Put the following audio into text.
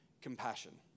compassion